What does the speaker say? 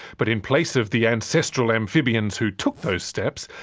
but in place of the ancestral amphibians who took those steps,